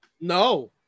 No